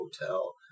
hotel